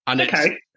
Okay